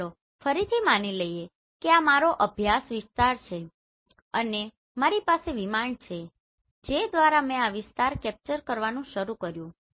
ચાલો ફરીથી માની લઈએ કે આ મારો અભ્યાસ વિસ્તાર છે અને મારી પાસે વિમાન છે જેના દ્વારા મેં આ વિસ્તાર કેપ્ચર કરવાનું શરૂ કર્યું છે